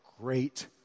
great